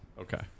Okay